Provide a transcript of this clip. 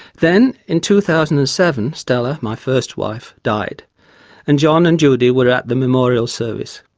then, in two thousand and seven, stella my first wife died and john and judy were at the memorial service.